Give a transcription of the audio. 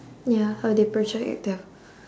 ya how they project their